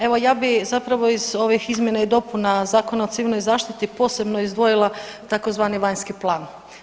Evo ja bih zapravo iz ovih izmjena i dopuna Zakona o Civilnoj zaštiti posebno izdvojila tzv. vanjski plan.